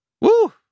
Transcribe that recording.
Woo